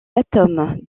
atomes